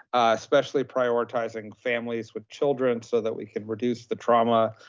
especially prioritizing families with children so that we can reduce the trauma